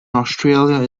australia